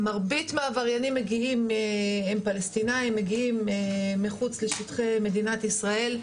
מרבית העבריינים הם פלסטינים ומגיעים מחוץ לשטחי מדינת ישראל.